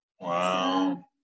Wow